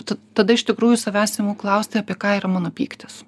tada iš tikrųjų savęs imu klausti apie ką yra mano pyktis